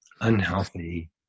unhealthy